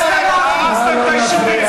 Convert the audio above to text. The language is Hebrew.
אתם בעצם הרסתם את היישובים.